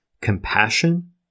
compassion